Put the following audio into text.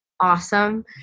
awesome